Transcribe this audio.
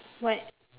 what